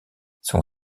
son